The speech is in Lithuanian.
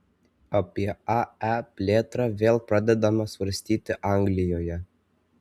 apie ae plėtrą vėl pradedama svarstyti anglijoje